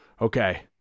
okay